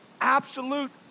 absolute